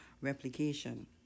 replication